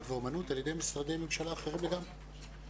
ואומנות על ידי משרדי ממשלה אחרים לגמרי,